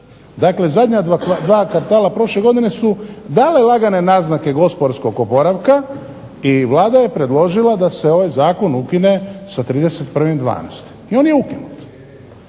Dakle, zadnja dva kvartala prošle godine su dali lagane naznake gospodarskog oporavka i Vlada je predložila da se ovaj zakon ukine sa 31.12. I on je ukinut.